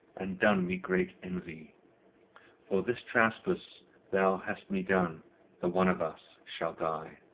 and done me great envy for this trespass thou hast me done the one of us shall die.